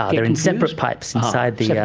are in separate pipes inside the, yeah